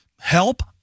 help